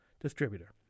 distributor